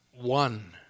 one